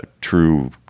true